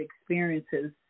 experiences